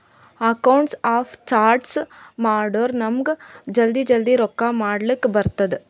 accounts of charts ಮಾಡುರ್ ನಮುಗ್ ಜಲ್ದಿ ಜಲ್ದಿ ಲೆಕ್ಕಾ ಮಾಡ್ಲಕ್ ಬರ್ತುದ್